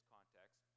context